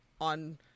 on